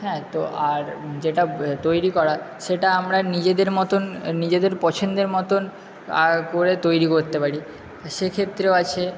হ্যাঁ তো আর যেটা তৈরি করা সেটা আমরা নিজেদের মতোন নিজেদের পছন্দের মতোন করে তৈরি করতে পারি সেক্ষেত্রেও আছে